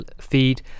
feed